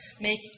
make